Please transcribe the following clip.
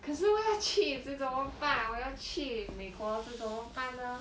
可是我要去 then 怎么办我要去美国 then 怎么办呢